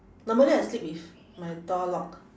normally I sleep with my door locked